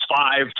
five